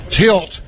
tilt